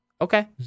Okay